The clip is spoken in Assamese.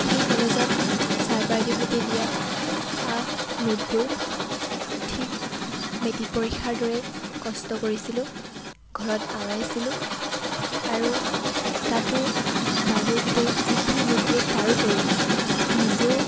সেই কলেজত ছাৰ বাইদেউহঁতে দিয়া নোটবোৰ ঠিক মেট্ৰিক পৰীক্ষাৰ দৰেই কষ্ট কৰিছিলোঁ ঘৰত আওৰাইছিলোঁ আৰু তাতো বাইদেউহঁতে যিখিনি নোট দিয়ে তাৰোপৰিও নিজেও